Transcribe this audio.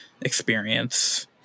experience